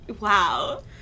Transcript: wow